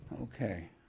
Okay